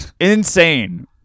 insane